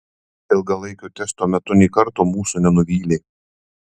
ilgalaikio testo metu nė karto mūsų nenuvylė